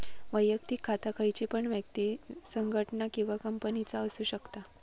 वैयक्तिक खाता खयची पण व्यक्ति, संगठना किंवा कंपनीचा असु शकता